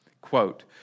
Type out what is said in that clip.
quote